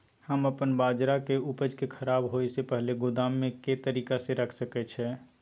हम अपन बाजरा के उपज के खराब होय से पहिले गोदाम में के तरीका से रैख सके छी?